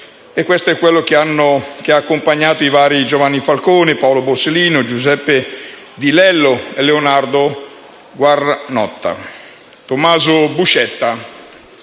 è la condizione che ha accompagnato i vari Giovanni Falcone, Paolo Borsellino, Giuseppe Di Lello e Leonardo Guarnotta. Tommaso Buscetta,